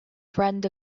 friend